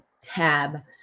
tab